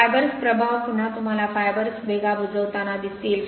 fibres प्रभाव पुन्हा तुम्हाला फायबर्स भेगा cracksबुजवताना दिसतील